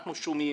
אנחנו שומעים,